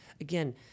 again